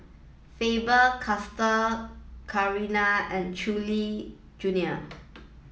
Faber Castell Chanira and Chewy Junior